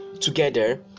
together